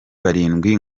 barindwi